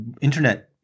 internet